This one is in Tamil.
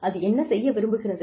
அது என்ன செய்ய விரும்புகிறது